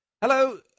Hello